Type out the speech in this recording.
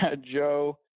Joe